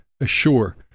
assure